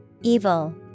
Evil